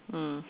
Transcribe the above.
mm